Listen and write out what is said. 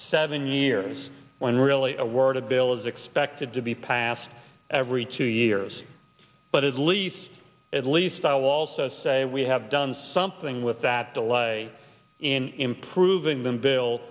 seven years when really a word of bill is expected to be passed every two years but at least at least i will also say we have done something with that delay in improving them bill